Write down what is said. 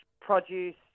produce